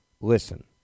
Listen